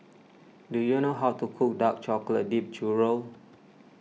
do you know how to cook Dark Chocolate Dipped Churro